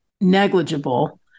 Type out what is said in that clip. negligible